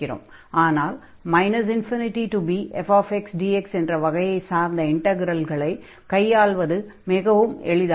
ஆனால் ∞bfxdx என்ற வகையைச் சார்ந்த இன்டக்ரல்களை கையாள்வது மிகவும் எளிதாகும்